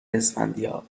اسفندیار